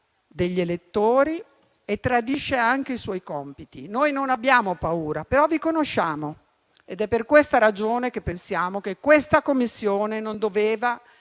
degli elettori e tradisce anche i suoi compiti. Noi non abbiamo paura, però vi conosciamo; ed è per questa ragione che pensiamo che questa Commissione non doveva